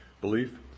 belief